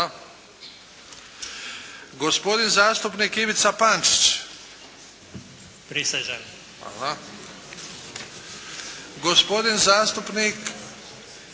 gospodin zastupnik Ivan Šantek – prisežem, gospodin zastupnik